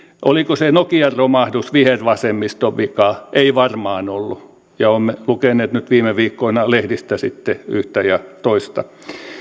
oliko se nokian romahdus vihervasemmiston vika ei varmaan ollut ja olemme lukeneet nyt viime viikkoina lehdistä sitten yhtä ja toista